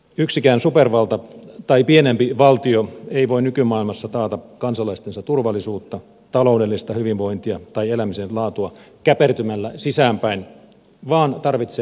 yksikään supervalta tai pienempi valtio ei voi nykymaailmassa taata kansalaistensa turvallisuutta taloudellista hyvinvointia tai elämisen laatua käpertymällä sisäänpäin vaan tarvitsee monenkeskistä yhteistyötä